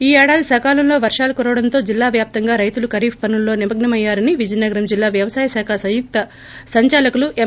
ఈ ఏడాది సకాలంలో వర్షాలు కురవడంతో జిల్లా వ్యాప్తంగా రైతులు ఖరీఫ్ పనుల్లో నిమగ్ప మయ్యారని విజయనగరం జిల్లా వ్యవసాయ శాఖ సంయుక్త సంచాలకులు ఎం